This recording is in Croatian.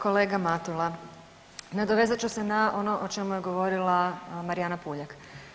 Kolega Matula, nadovezat ću se na ono o čemu je govorila Marijana Puljak.